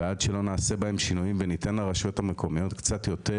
ועד שלא נעשה בהם שינויים וניתן לרשויות המקומיות קצת יותר